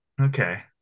Okay